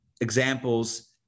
examples